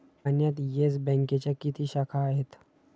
पाटण्यात येस बँकेच्या किती शाखा आहेत?